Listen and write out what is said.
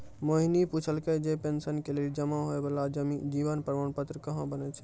मोहिनी पुछलकै जे पेंशन के लेली जमा होय बाला जीवन प्रमाण पत्र कहाँ बनै छै?